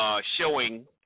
showing